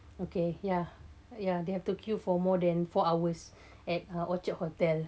okay ya ya they have to queue for more than four hours at uh orchard hotel